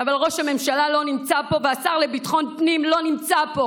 אבל ראש הממשלה לא נמצא פה והשר לביטחון פנים לא נמצא פה,